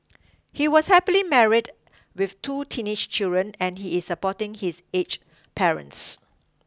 he was happily married with two teenage children and he is supporting his aged parents